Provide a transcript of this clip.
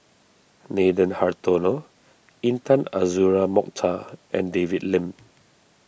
Nathan Hartono Intan Azura Mokhtar and David Lim